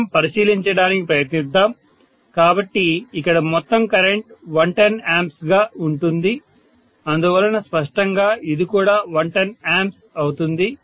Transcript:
మనం పరిశీలించటానికి ప్రయత్నిద్దాం కాబట్టి ఇక్కడ మొత్తం కరెంట్ 110 A గా ఉంటుంది అందువలన స్పష్టంగా ఇది కూడా 110 A అవుతుంది